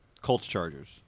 Colts-Chargers